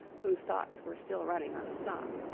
whose thoughts were still running on the song,